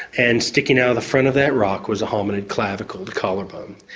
and sticking out the front of that rock was a hominid clavicle, the collarbone.